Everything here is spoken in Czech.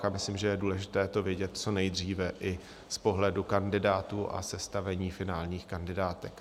A myslím, že je důležité to vědět co nejdříve i z pohledu kandidátů a sestavení finálních kandidátek.